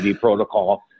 protocol